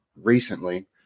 recently